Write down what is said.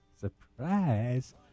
Surprise